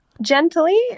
gently